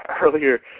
earlier